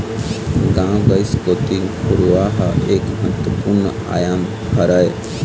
गाँव गंवई कोती घुरूवा ह एक महत्वपूर्न आयाम हरय